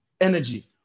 energy